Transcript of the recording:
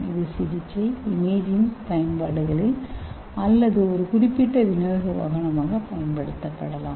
இது சிகிச்சை இமேஜிங் பயன்பாடுகளில் அல்லது ஒரு குறிப்பிட்ட விநியோக வாகனமாக பயன்படுத்தப்படலாம்